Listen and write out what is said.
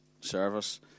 service